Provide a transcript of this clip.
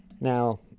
Now